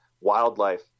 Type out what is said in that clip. wildlife